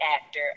actor